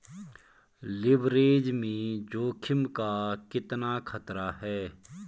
Leverage में जोखिम का कितना खतरा है?